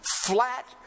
flat